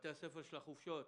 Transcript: בתי הספר של החופשות,